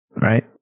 right